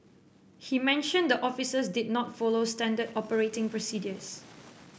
he mentioned the officers did not follow standard operating procedures